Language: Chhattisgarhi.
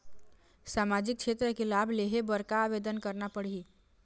सामाजिक क्षेत्र के लाभ लेहे बर का आवेदन करना पड़ही?